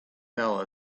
fell